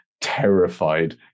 terrified